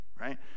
right